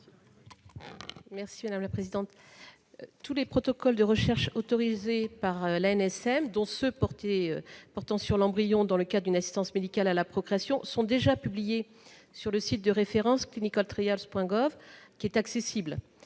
spéciale ? Tous les protocoles de recherche autorisés par l'ANSM, dont ceux qui portent sur l'embryon dans le cadre d'une assistance médicale à la procréation, sont déjà publiés sur le site de référence clinicaltrials.gov, qui est d'accès libre.